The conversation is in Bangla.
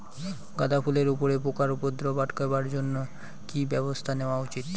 গাঁদা ফুলের উপরে পোকার উপদ্রব আটকেবার জইন্যে কি ব্যবস্থা নেওয়া উচিৎ?